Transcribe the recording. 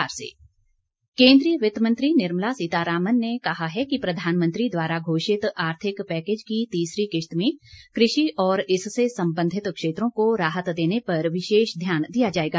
वित्त मंत्री केन्द्रीय वित्त मंत्री निर्मला सीतारामन ने कहा है कि प्रधानमंत्री द्वारा घोषित आर्थिक पैकेज की तीसरी किश्त में कृषि और इससे संबंधित क्षेत्रों को राहत देने पर विशेष ध्यान दिया जाएगा